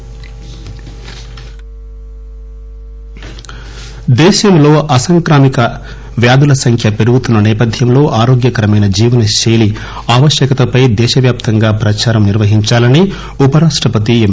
PN ఉప రాష్టపతి దేశంలో అసాంక్రమిక వ్యాధుల సంఖ్య పెరుగుతున్న నేపథ్యంలో ఆరోగ్యకరమైన జీవనశైలి ఆవశ్యకతపై దేశవ్యాప్తంగా ప్రచారం నిర్వహించాలని ఉపరాష్టపతి ఎం